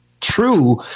true